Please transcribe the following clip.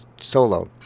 solo